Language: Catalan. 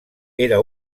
era